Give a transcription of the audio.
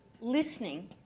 listening